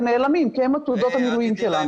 נעלמים כי הם עתודות המילואים שלנו,